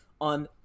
on